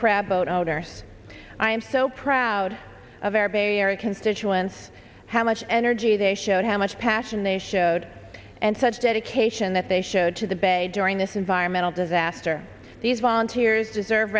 crab boat owner i am so proud of our bay area constituents how much energy they showed how much passion they showed and such dedication that they showed to the bay during this environmental disaster these volunteers deserve